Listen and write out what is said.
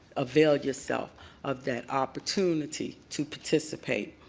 avail yourself of that opportunity to participate.